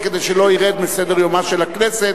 כדי שלא ירד מסדר-יומה של הכנסת,